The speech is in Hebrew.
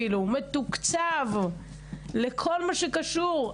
הוא מתוקצב לכל מה שקשור.